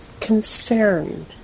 concerned